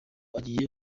agiye